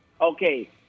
okay